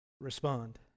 Respond